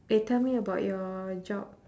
eh tell me about your job